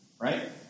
Right